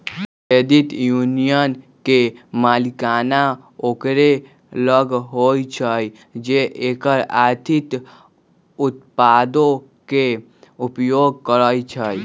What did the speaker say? credit union के मलिकाना ओकरे लग होइ छइ जे एकर आर्थिक उत्पादों के उपयोग करइ छइ